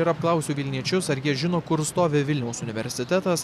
ir apklausiu vilniečius ar jie žino kur stovi vilniaus universitetas